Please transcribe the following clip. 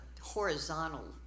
horizontal